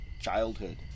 childhood